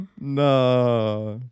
Nah